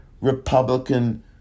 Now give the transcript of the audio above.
republican